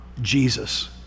Jesus